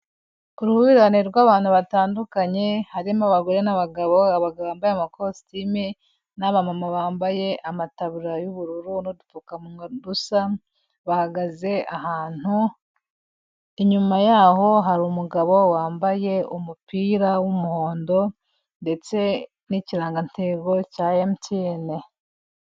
Uruhurirane rw'abantu batandukanye harimo abagore n'abagabo, abagabo bambaye amakositime n'abamama bambaye amataburiya y'ubururu n'udupfukamunwa dusa, bahagaze ahantu, inyuma yaho hari umugabo wambaye umupira w'umuhondo, ndetse n'ikiranganego cya MTN.